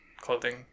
clothing